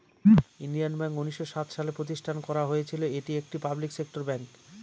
Indian Bank উনিশশো সাত সালে প্রতিষ্ঠান করা হয়েছিল এটি একটি পাবলিক সেক্টর ব্যাঙ্ক